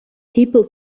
people